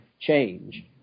change